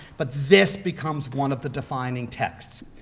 but this becomes one of the defining texts.